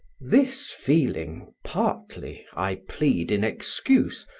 this feeling partly i plead in excuse,